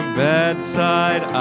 bedside